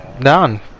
Done